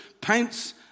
paints